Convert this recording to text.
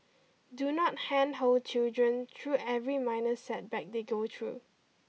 do not handhold children through every minor setback they go through